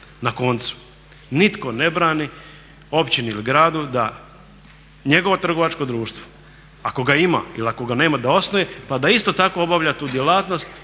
Na koncu, nitko ne brani općini ili gradu da njegovo trgovačko društvo ako ga ima ili ako ga nema da osnuje, pa da isto tako obavlja tu djelatnost